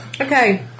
Okay